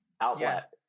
outlet